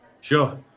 Sure